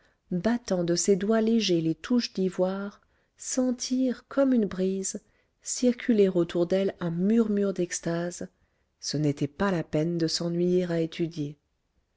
battant de ses doigts légers les touches d'ivoire sentir comme une brise circuler autour d'elle un murmure d'extase ce n'était pas la peine de s'ennuyer à étudier